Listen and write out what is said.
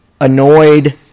annoyed